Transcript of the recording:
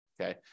okay